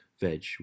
veg